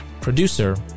Producer